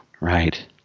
right